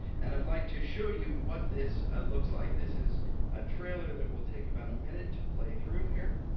and i'd like to show you what this looks like. this is a trailer that will take about a minute to play through here.